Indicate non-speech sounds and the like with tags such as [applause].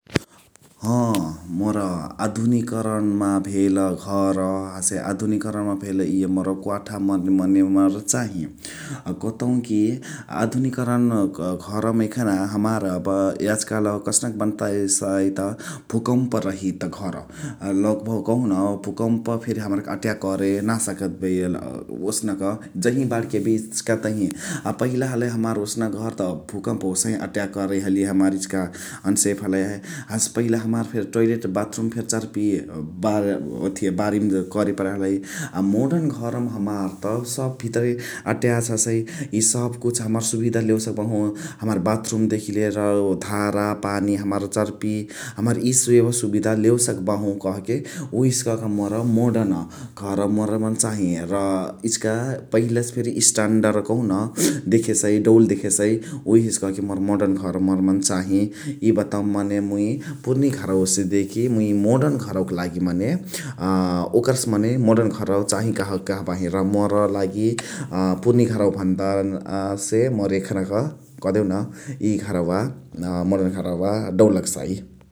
[noise] ह, मोर आधुनिकीकरणमा भेल घर हसे आधुनिकिकरणमा भेल इय मोर कोठा मने मोर चाही। कतउ कि आधुनिककरण घरमा यखना हमार यब आजकाल कसनक बन्तइ साइद भूकम्प रहित घर । लगभग कहुन भूकम्प फेरि हमराके अट्‌याक करे नाही। [unintelligible] ओसनक जहि बणके यबिय इचिका तहिह। आ पहिला हलइ हमार ओसनाक घर त भूकम्प ओसाही अट्‌याक करइ हलिय । हमार इचिका अनसेफ हलइ । हसे पहिला हमार फेरि टोइलेट, बाथरूम फेरि चर्पी [hesitation] ओथिया बारीमा करे परइ हलइ । मोडर्न घरमा हमार त सब भितराही अट्‌याच हसइ । इ सबकुछ हमार सुविधा लेवे सकबहु । हमार बाथरूम देखि लिएर धारा पानी हमार चर्पी हमार इय सेवासुविधा लेवे सकबहु कहके। उहेसे कके मोर मोडर्न घर मोर मने चाही र इचिका पहिलासे फेरि स्टान्डर्ड कहु न देखेसइ डउल देखेसइ । उहेसे कहके मोर मोडर्न घर मोर मने चाही। इ बतवामा मने मुइ पुरनी घरवासेदेखि मुइ मोडन घरवाक लागि मने [hesitation] ओकरसे मने मोडर्न घरवा चाहि कहबाही । र मोर लागि पुरानी घरवा भन्दा [hesitation] हसे मोर यखनाक कदेहु न इय घरवा मोर घरवा डउल लगसइ ।